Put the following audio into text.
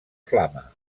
flama